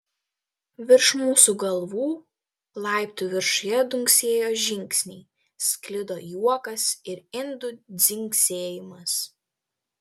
virš mūsų galvų laiptų viršuje dunksėjo žingsniai sklido juokas ir indų dzingsėjimas